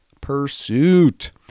pursuit